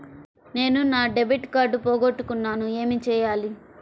నేను నా debit card పోగొట్టుకున్నాను ఏమి చేయాలి?